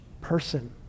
person